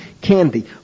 candy